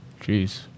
Jeez